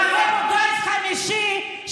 גיס חמישי,